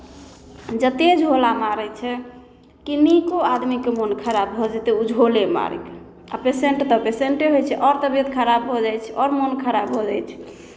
जतेक झोला मारै छै कि नीको आदमीके मोन खराब भऽ जेतै ओहि झोले मारयके आ पेशेंट तऽ पेशेंटे होइ छै आओर तबियत खराब भऽ जाइ छै आओर मोन खराब भऽ जाइ छै